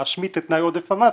להשמיט את תנאי עודף המס,